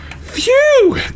Phew